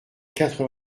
quatre